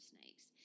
snakes